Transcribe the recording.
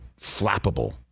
flappable